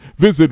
Visit